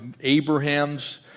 Abraham's